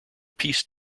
peace